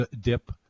dip